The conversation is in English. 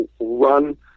run